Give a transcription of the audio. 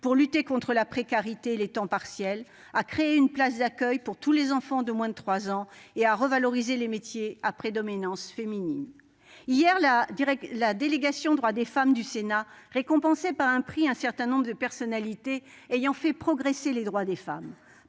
pour lutter contre la précarité et le temps partiel, à créer une place d'accueil pour tous les enfants de moins de trois ans et à revaloriser les métiers à prédominance féminine. Hier, la délégation aux droits des femmes du Sénat récompensait par un prix un certain nombre de personnalités ayant fait progresser les droits des femmes.